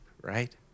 right